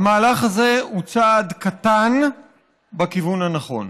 המהלך הזה הוא צעד קטן בכיוון הנכון.